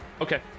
Okay